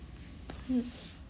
mm